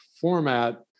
format